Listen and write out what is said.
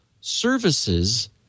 services